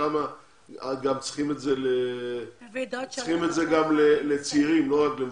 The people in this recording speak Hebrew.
ששם צריכים את זה גם לצעירים לא רק למבוגרים.